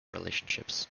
relationships